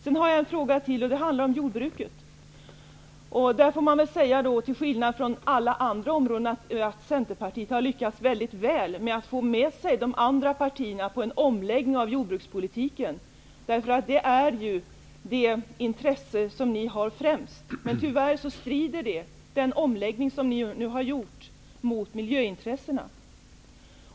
Sedan har jag en fråga till som handlar om jordbruket. Till skillnad från alla andra områden har Centerpartiet lyckats mycket väl med att få med sig de andra partierna på en omläggning av jordbrukspolitiken. Det är ju det intresse som ni har främst. Men tyvärr strider den omläggning som ni nu har gjort mot miljöintressena.